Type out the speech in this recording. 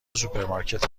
سوپرمارکت